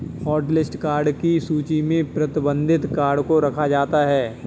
hotlist card की सूची में प्रतिबंधित कार्ड को रखा जाता है